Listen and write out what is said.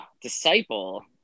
Disciple